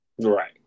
Right